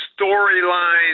storylines